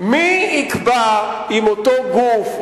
מי יקבע אם אותו גוף,